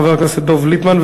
חבר הכנסת דב ליפמן,